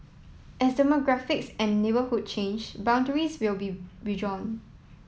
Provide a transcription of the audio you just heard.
as demographics and neighbourhood change boundaries will be be redrawn